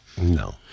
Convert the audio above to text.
No